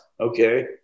okay